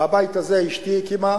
מהבית הזה אשתי הקימה,